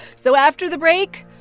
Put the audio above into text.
so after the break,